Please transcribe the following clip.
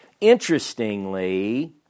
Interestingly